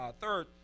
third